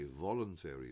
voluntary